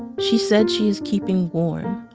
she said she's keeping warm.